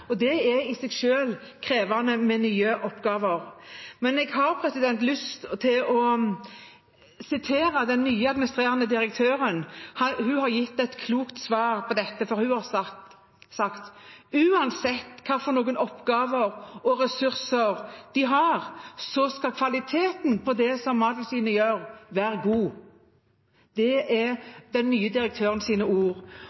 Det er krevende med nye oppgaver i seg selv. Jeg har lyst til å sitere den nye administrerende direktøren. Hun har gitt et klokt svar på dette, for hun har sagt at uansett hvilke oppgaver og ressurser de har, skal kvaliteten på det som Mattilsynet gjør, være god. Det